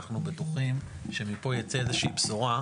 אנחנו בטוחים שמפה תצא איזושהי בשורה.